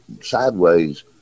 sideways